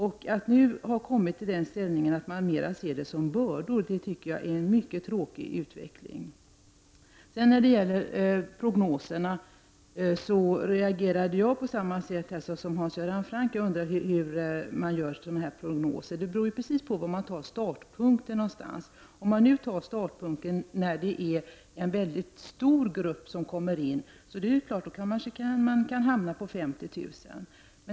Att hon nu har kommit att se flyktingarna som bördor anser jag vara en mycket tråkig utveckling. Precis som Hans Göran Franck undrar jag hur man gör prognoser av den typ som vi här talar om. Det är ju helt beroende av var man tar sin startpunkt. Om man tar startpunkten i samband med att en mycket stor grupp kommer hit kanske man kan hamna på 50 000.